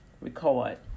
record